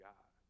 God